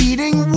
Eating